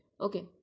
Okay